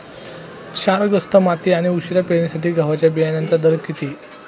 क्षारग्रस्त माती आणि उशिरा पेरणीसाठी गव्हाच्या बियाण्यांचा दर किती?